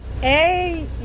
Hey